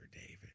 David